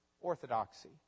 orthodoxy